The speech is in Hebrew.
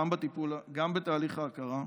גם בתהליך ההכרה,